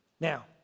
Now